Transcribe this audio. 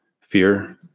fear